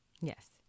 Yes